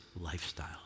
lifestyle